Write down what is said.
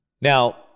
Now